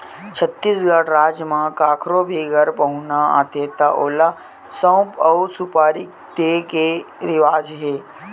छत्तीसगढ़ राज म कखरो भी घर पहुना आथे त ओला सउफ अउ सुपारी दे के रिवाज हे